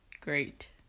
great